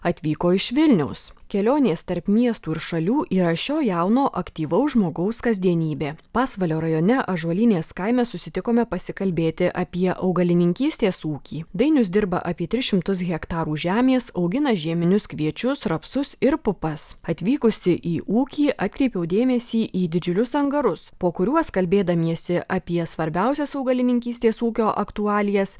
atvyko iš vilniaus kelionės tarp miestų ir šalių yra šio jauno aktyvaus žmogaus kasdienybė pasvalio rajone ąžuolynės kaime susitikome pasikalbėti apie augalininkystės ūkį dainius dirba apie tris šimtus hektarų žemės augina žieminius kviečius rapsus ir pupas atvykusi į ūkį atkreipiau dėmesį į didžiulius angarus po kuriuos kalbėdamiesi apie svarbiausias augalininkystės ūkio aktualijas